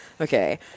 Okay